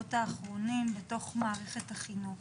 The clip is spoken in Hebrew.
בשבועות האחרונים בתוך מערכת החינוך